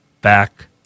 back